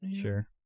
Sure